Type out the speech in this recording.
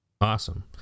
Awesome